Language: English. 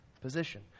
position